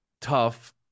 Tough